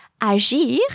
agir